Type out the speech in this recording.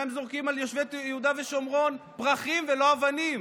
אולי הם זורקים על יושבי יהודה ושומרון פרחים ולא אבנים?